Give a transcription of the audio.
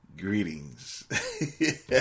greetings